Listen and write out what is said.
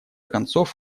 концов